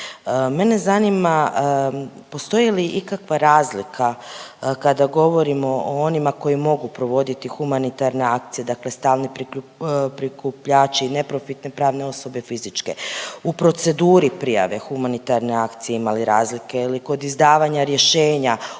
Mene zanima postoji li ikakva razlika kada govorimo o onima koji mogu provoditi humanitarne akcije, dakle stalni prikupljači neprofitne pravne osobe fizičke u proceduri prijave humanitarne akcije, ima li razlike ili kod izdavanja rješenja,